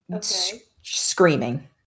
Screaming